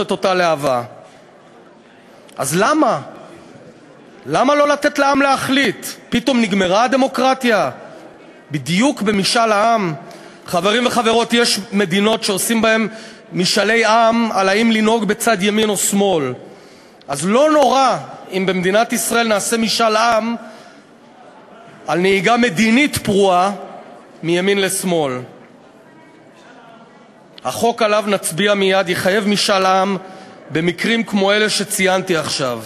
באותו קיץ של 2011. בהחלט מהפכה חברתית ששינתה את פני הכנסת: